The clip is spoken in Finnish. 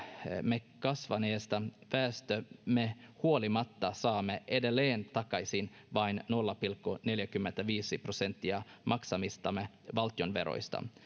me kasvaneesta väestöstämme huolimatta saamme edelleen takaisin vain nolla pilkku neljäkymmentäviisi prosenttia maksamistamme valtionveroista